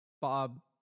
Bob